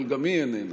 אבל גם היא איננה.